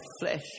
flesh